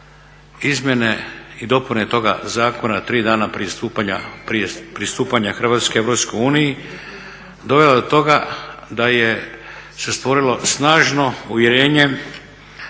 izmjene i dopune toga zakona tri dana prije pristupanja Hrvatske Europskoj uniji dovela do toga da se stvorilo snažno uvjerenje